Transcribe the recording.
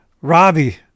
Robbie